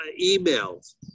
emails